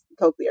cochlear